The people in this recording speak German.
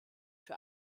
für